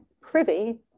privy